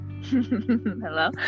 Hello